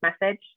message